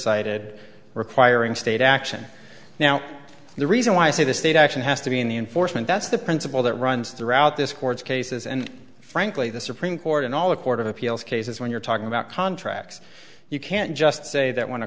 would requiring state action now the reason why i say the state action has to be in the enforcement that's the principle that runs throughout this court's cases and frankly the supreme court and all the court of appeals cases when you're talking about contracts you can't just say that when